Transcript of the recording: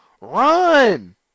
Run